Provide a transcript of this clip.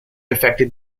affected